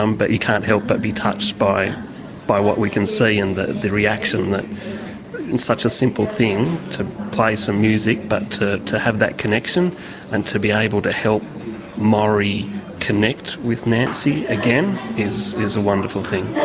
um but you can't help but be touched by by what we can see and the the reaction that such a simple thing, to play some music, but to to have that connection and to be able to help morrie connect with nancy again is is a wonderful thing.